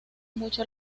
mucho